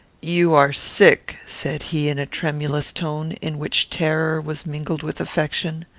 you are sick, said he, in a tremulous tone, in which terror was mingled with affection.